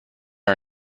our